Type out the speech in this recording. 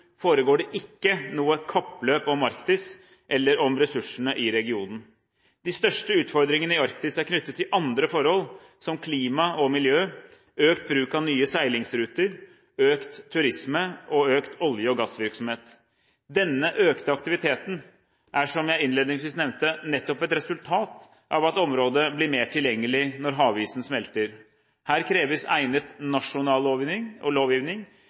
foregår det ikke noe kappløp om Arktis eller om ressursene i regionen. De største utfordringene i Arktis er knyttet til andre forhold, som klima og miljø, økt bruk av nye seilingsruter, økt turisme og økt olje- og gassvirksomhet. Denne økte aktiviteten er, som jeg innledningsvis nevnte, nettopp et resultat av at området blir mer tilgjengelig når havisen smelter. Her kreves egnet nasjonal